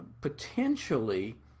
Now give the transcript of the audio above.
potentially